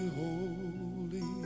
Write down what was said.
holy